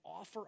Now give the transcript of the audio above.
offer